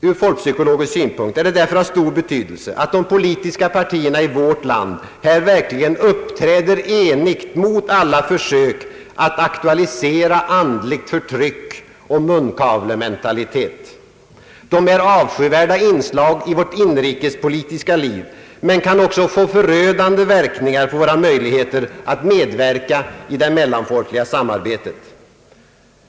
Ur folkpsykologisk synpunkt är det därför av stor betydelse att de politiska partierna i vårt land här verkligen uppträder enigt mot alla försök att aktualisera andligt förtryck och munkavlementalitet. De är avskyvärda inslag i vårt inrikespolitiska liv, men kan också få förödande verkningar på våra möjligheter att medverka i det mellanfolkliga samarbetet.